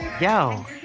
Yo